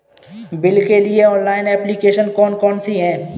Bill के लिए online application कौन कौन सी हैं?